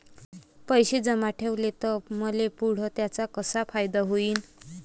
पैसे जमा ठेवले त मले पुढं त्याचा कसा फायदा होईन?